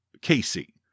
Casey